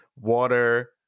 water